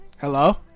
Hello